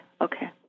Okay